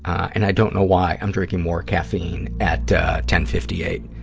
and i don't know why i'm drinking more caffeine at ten fifty eight.